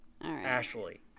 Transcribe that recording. Ashley